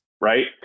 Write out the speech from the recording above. Right